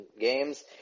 games